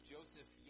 Joseph